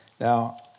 Now